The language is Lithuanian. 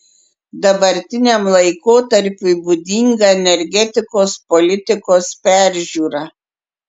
dabartiniam laikotarpiui būdinga energetikos politikos peržiūra